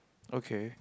okay